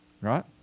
Right